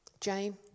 Jane